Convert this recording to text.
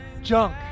junk